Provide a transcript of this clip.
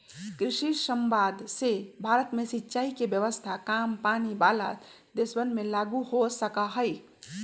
कृषि समवाद से भारत में सिंचाई के व्यवस्था काम पानी वाला देशवन में लागु हो सका हई